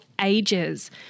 ages